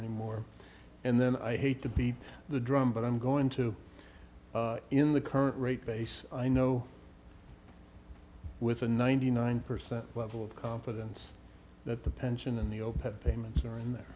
anymore and then i hate to beat the drum but i'm going to in the current rate base i know with a ninety nine percent level of confidence that the pension in the overhead payments are in there